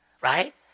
Right